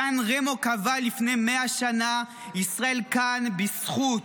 בסן רמו נקבע לפני מאה שנה: ישראל כאן בזכות.